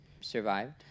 survived